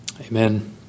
amen